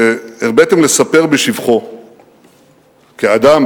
הרביתם לספר בשבחו כאדם,